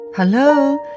Hello